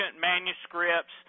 manuscripts